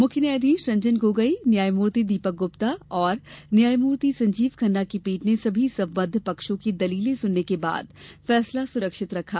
मुख्य न्यायाधीश रंजन गोगोई न्यायमूर्ति दीपक गुप्ता और न्यायमूर्ति संजीव खन्ना की पीठ ने सभी सम्बद्ध पक्षों की दलीलें सुनने के बाद फैसला सुरक्षित रखा